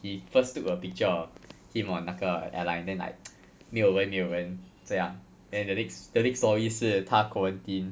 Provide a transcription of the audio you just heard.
he first took a picture of him on 那个 airline then like 没有人没有人这样 then the next the next story 是他 quarantine